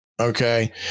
Okay